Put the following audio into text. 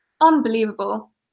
unbelievable